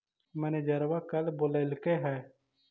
मैनेजरवा कल बोलैलके है?